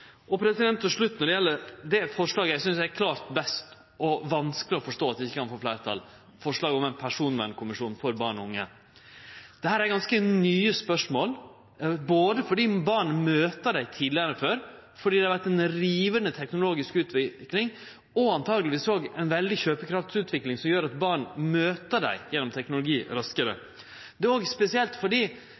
slutt til det forslaget eg synest er klart best, og som det er vanskeleg å forstå at ikkje kan få fleirtal, det gjeld forslaget om ein personvernkommisjon for barn og unge. Dette er ganske nye spørsmål, både fordi barn møter dei tidlegare enn før, og fordi det har vore ei rivande teknologisk utvikling, og truleg òg ei veldig kjøpekraftsutvikling, som gjer at barn møter dei gjennom teknologi raskare. Det er òg spesielt fordi